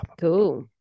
Cool